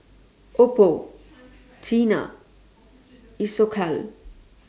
Oppo Tena Isocal